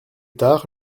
tard